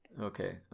Okay